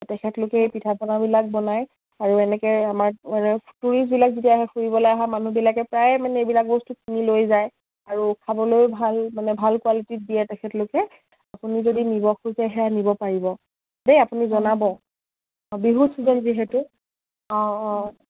তেখেতলোকে পিঠা পনাবিলাক বনায় আৰু এনেকে আমাৰ মানে টুৰিষ্টবিলাক যেতিয়া আহে ফুৰিবলৈ অহা মানুহবিলাকে প্ৰায় মানে এইবিলাক বস্তু কিনি লৈ যায় আৰু খাবলৈও ভাল মানে ভাল কোৱালিটিত দিয়ে তেখেতলোকে আপুনি যদি নিব খোজে সেয়া নিব পাৰিব দেই আপুনি জনাব অঁ বিহু ছিজন যিহেতু অঁ অঁ